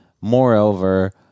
Moreover